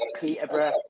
Peterborough